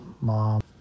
mom